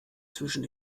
zwischen